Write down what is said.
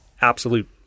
absolute